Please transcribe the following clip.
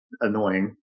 annoying